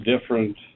different